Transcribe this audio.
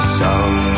song